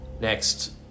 next